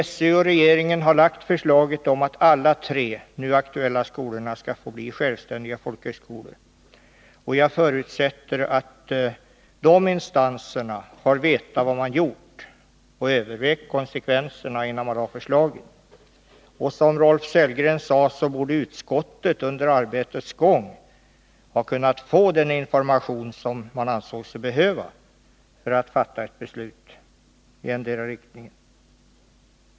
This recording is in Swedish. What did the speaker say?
SÖ och regeringen har alltså lagt fram förslaget om att alla de tre nu aktuella skolorna skall bli självständiga folkhögskolor, och jag förutsätter att de instanserna har vetat vad de gjort och övervägt konsekvenserna innan de lagt fram förslaget. Som Rolf Sellgren sade borde utskottet under arbetets gång ha kunnat få den information som man ansåg sig behöva för att fatta ett beslut i endera riktningen.